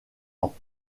ans